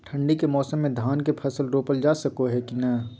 ठंडी के मौसम में धान के फसल रोपल जा सको है कि नय?